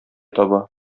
таба